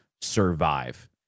survive